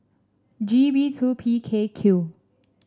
G B two P K Q